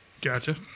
Gotcha